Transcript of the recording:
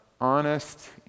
honest